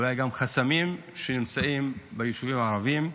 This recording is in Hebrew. אולי גם חסמים שנמצאים ביישובים הערביים.